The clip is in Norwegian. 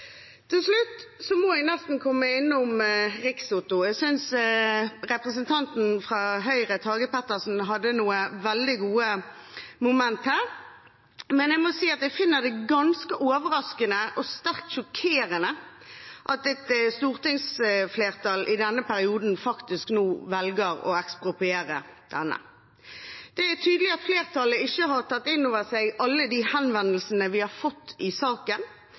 Til slutt må jeg nesten komme innom Rikstoto. Jeg synes at representanten fra Høyre, Tage Pettersen, hadde noen veldig gode momenter her, men jeg må si at jeg finner det ganske overraskende og sterkt sjokkerende at et stortingsflertall i denne perioden nå faktisk velger å ekspropriere denne. Det er tydelig at flertallet ikke har tatt inn over seg alle de henvendelsene vi har fått i saken,